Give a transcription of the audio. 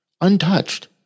Untouched